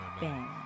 bang